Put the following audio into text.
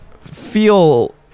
feel